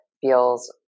feels